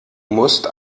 musst